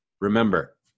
Remember